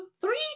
three